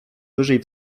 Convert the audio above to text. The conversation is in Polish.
wyżej